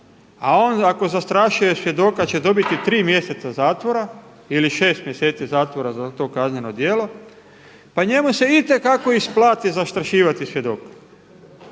a on ako zastrašuje svjedoka će dobiti tri mjeseca zatvora ili šest mjeseci zatvora za to kazneno djelo, pa njemu se itekako isplati zastrašivati svjedoka.